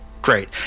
Great